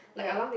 yeah